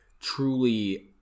truly